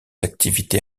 activités